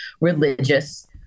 religious